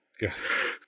Yes